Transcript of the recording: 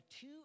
two